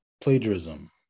plagiarism